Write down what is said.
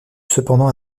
cependant